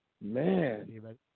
Man